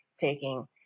taking